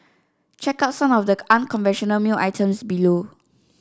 check out some of the unconventional mail items below